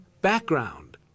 background